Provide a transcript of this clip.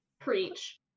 Preach